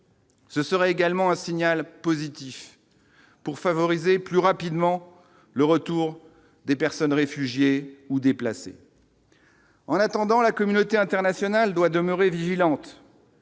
Ce sera également un signal positif pour favoriser plus rapidement le retour des personnes réfugiées ou déplacées. En attendant, la communauté internationale doit demeurer vigilante.